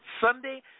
Sunday